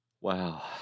Wow